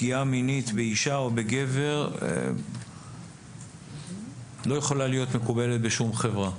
פגיעה מינית באישה או בגבר לא יכולה להיות מקובלת בשום חברה.